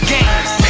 Games